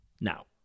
Now